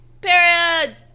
Period